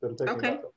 Okay